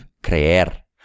Creer